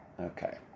Okay